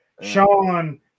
Sean